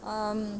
um